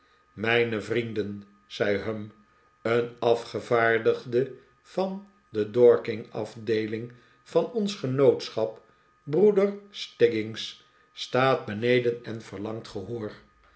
mijne vrienden zei humm een afgevaardigde van de dorking afdeeling van ons genootschap broeder stiggins staat beneden en verlangt gehoor